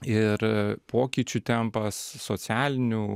ir pokyčių tempas socialinių